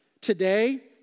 Today